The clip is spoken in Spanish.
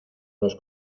nos